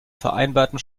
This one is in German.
vereinbarten